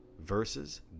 versus